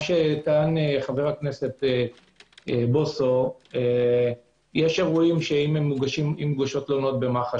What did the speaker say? מה שהעלה חבר הכנסת בוסו אם מוגשות תלונות במח"ש,